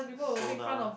soda